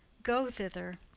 go thither,